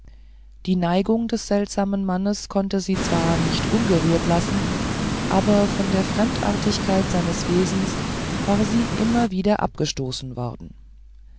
die neigung des seltsamen mannes konnte sie zwar nicht unberührt lassen aber von der fremdartigkeit seines wesens war sie immer wieder abgestoßen worden